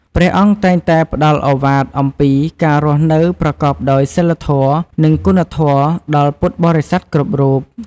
ព្រះអង្គតែងតែផ្ដល់ឱវាទអំពីការរស់នៅប្រកបដោយសីលធម៌ និងគុណធម៌ដល់ពុទ្ធបរិស័ទគ្រប់រូប។